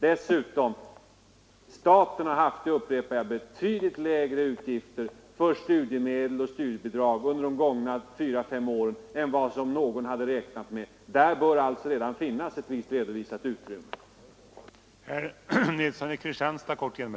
Dessutom har staten — det upprepar jag — haft betydligt lägre utgifter för studiemedel och studiebidrag under de fyra till fem senaste åren än någon hade räknat med. Där bör det alltså redan finnas ett visst redovisat utrymme.